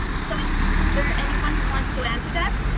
so is there anyone who wants to answer that?